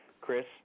Chris